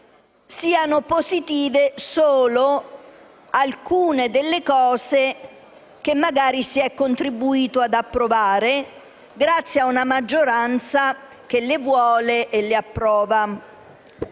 siano positive solo alcune delle cose che magari si è contribuito ad approvare, grazie a una maggioranza che le vuole e le approva.